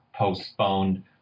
postponed